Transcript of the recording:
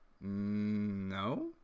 No